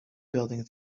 building